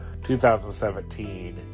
2017